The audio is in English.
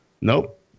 nope